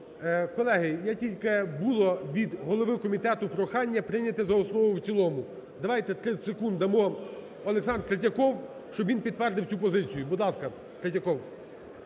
Колеги, тільки було від голови комітету прохання прийняти за основу і в цілому. Давайте 30 секунд дамо, Олександр Третьяков, щоб він підтвердив цю позицію. Будь ласка, Третьяков.